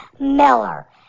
Miller